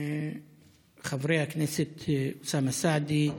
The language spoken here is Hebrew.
חברי הכנסת אוסאמה סעדי,